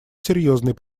серьезной